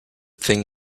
thing